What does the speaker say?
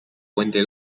puente